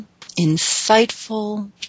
insightful